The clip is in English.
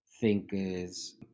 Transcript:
thinkers